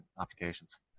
applications